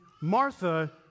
Martha